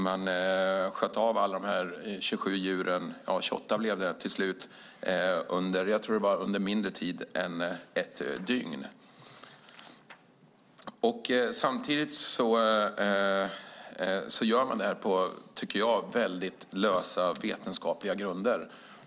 Till slut blev det 28 avskjutna djur under, tror jag, kortare tid än ett dygn. Jag tycker att man gör det här på väldigt lös vetenskaplig grund.